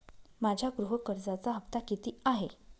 माझ्या गृह कर्जाचा हफ्ता किती आहे?